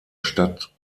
stadt